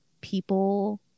people –